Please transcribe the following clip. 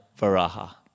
varaha